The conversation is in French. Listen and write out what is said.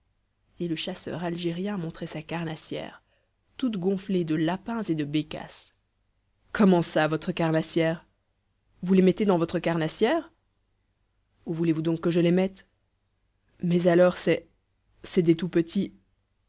et le chasseur algérien montrait sa carnassière toute gonflée de lapins et de bécasses comment ça votre carnassière vous les mettez dans votre carnassière où voulez-vous donc que je les mette mais alors c'est c'est des